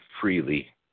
freely